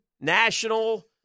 National